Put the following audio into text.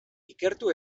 ikertu